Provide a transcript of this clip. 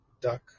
duck